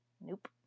Nope